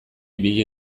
ibili